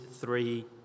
three